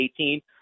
2018